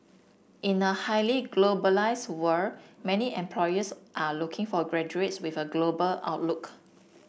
in a highly globalised world many employers are looking for graduates with a global outlook